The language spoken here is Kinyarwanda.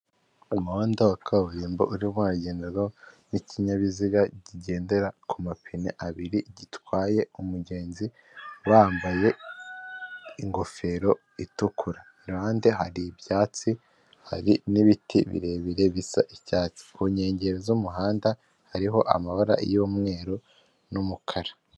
Umuhanda wa kaburimbo urimo uragenderwaho n'ikinyabiziga kigendera ku mapine abiri gitwaye umugenzi wambaye ingofero itukura, iruhande hari ibyatsi hari n'ibiti birebire bisa icyatsi, ku nkengero z'umuhanda hariho amabara y'umweru n'umukara.